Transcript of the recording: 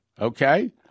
Okay